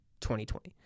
2020